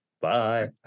Bye